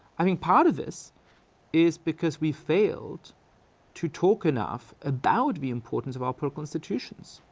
i mean part of this is because we failed to talk enough about the importance of our political institutions.